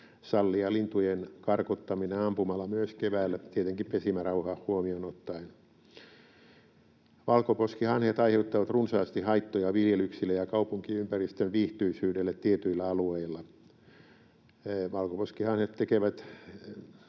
sallia lintujen karkottaminen ampumalla myös keväällä, tietenkin pesimärauha huomioon ottaen. Valkoposkihanhet aiheuttavat runsaasti haittoja viljelyksille ja kaupunkiympäristön viihtyisyydelle tietyillä alueilla. Valkoposkihanhet tekevät